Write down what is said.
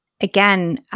again